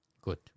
Good